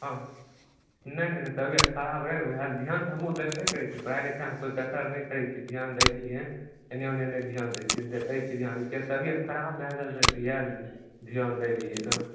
हँ नहि नहि नहि तबियत खराब रहै ओहए लऽ धिआन तऽ हमहुँ देबे करै छियै पढ़ाइ लिखाइमे कोइ कसर नहि करै छियै धिआन दै छियै एने ओने नहि धिआन दै छियै दै छियै धिआन किए तऽ अभी तबियत खराब भए गेल रहै तऽ इएह धिआन दै रहियै रऽ